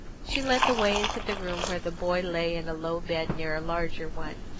she led the way into the room where the boy lay in a low bed near a larger one.